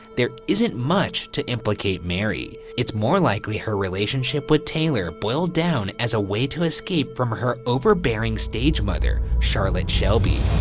there isn't much to implicate mary. it's more likely her relationship with taylor boiled down as a way to escape from her overbearing stage mother, charlotte shelby.